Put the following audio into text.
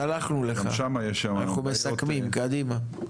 סלחנו לך, אנחנו מסכמים, קדימה.